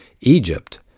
Egypt